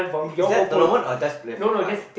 is that a tournament or just play for fun